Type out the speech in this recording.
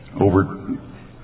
Over